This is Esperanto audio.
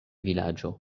vilaĝo